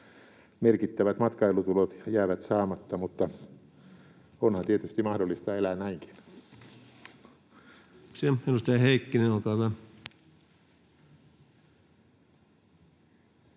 Merkittävät matkailutulot jäävät saamatta, mutta onhan tietysti mahdollista elää näinkin.